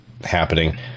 happening